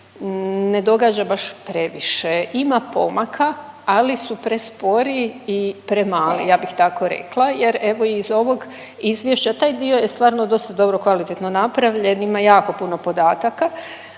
ne događa baš previše, ima pomaka, ali su prespori i premali, ja bih tako rekla jer evo iz ovog izvješća taj dio je stvarno dosta dobro kvalitetno napravljen, ima jako puno podataka.